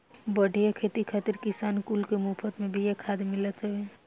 बढ़िया खेती खातिर किसान कुल के मुफत में बिया खाद मिलत हवे